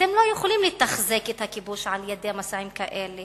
אתם לא יכולים לתחזק את הכיבוש על-ידי מסעות כאלה